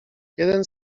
jeden